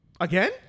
Again